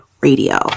Radio